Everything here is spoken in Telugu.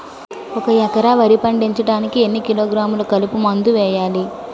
ఒక ఎకర వరి పండించటానికి ఎన్ని కిలోగ్రాములు కలుపు మందు వేయాలి?